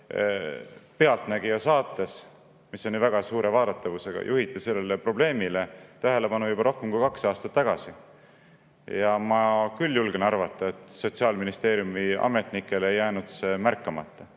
"Pealtnägija", mis on väga suure vaadatavusega, juhiti sellele probleemile tähelepanu juba rohkem kui kaks aastat tagasi. Ma küll julgen arvata, et Sotsiaalministeeriumi ametnikele ei jäänud see märkamata.